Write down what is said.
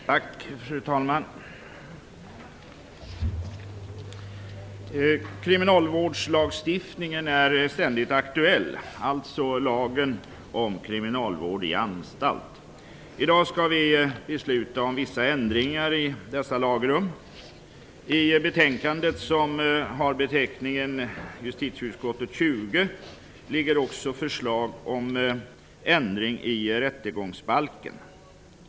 Fru talman! Kriminalvårdslagstiftningen, alltså lagen om kriminalvård i anstalt, är ständigt aktuell. I dag skall vi besluta om vissa ändringar i dessa lagrum. I betänkandet, som har beteckningen 1994/95:JuU20, behandlas också förslag om ändring i rättegångsbalken.